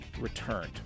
returned